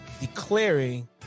declaring